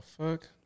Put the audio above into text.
fuck